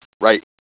right